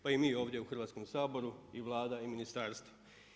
Pa i mi ovdje u Hrvatskog sabora i Vlada i ministarstvo.